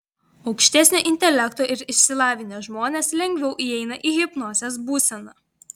aukštesnio intelekto ir išsilavinę žmonės lengviau įeina į hipnozės būseną